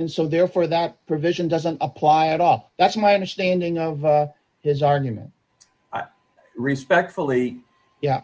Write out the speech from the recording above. and so therefore that provision doesn't apply at all that's my understanding of his argument i respectfully yeah